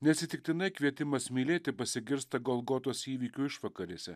neatsitiktinai kvietimas mylėti pasigirsta golgotos įvykių išvakarėse